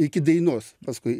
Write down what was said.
iki dainos paskui